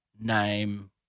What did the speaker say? name